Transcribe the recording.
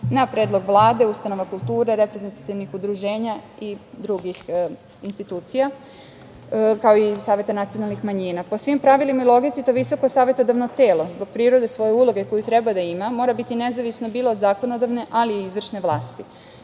na predlog Vlade, ustanova kulture, reprezentativnih udruženja i drugih institucija, kao i saveta nacionalnih manjina. Po svim pravilima i logici, to visoko savetodavno telo zbog prirode svoje uloge koju treba da ima, mora biti nezavisno bilo od zakonodavne, ali i izvršne vlasti. Savet